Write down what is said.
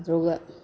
ꯑꯗꯨꯒ